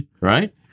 Right